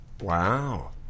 Wow